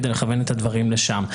כדי לכוון את הדברים לשם.